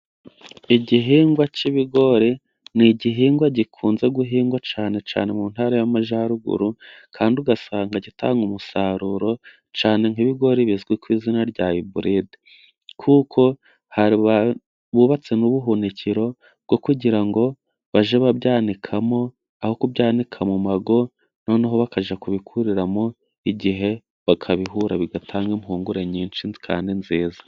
Igihingwa cy'ibigori, ni igihingwa gikunze guhingwa cyane cyane mu ntara y'Amajyaruguru, kandi ugasanga gitanga umusaruro cyane nk'ibigori bizwi ku izina rya iburide, kuko bubatsemo ubuhunikiro bwo kugira ngo bajye babyanikamo aho kubyanika mu mago, noneho bakajya kubikuriramo igihe bakabihura bigatanga impungure nyinshi kandi nziza.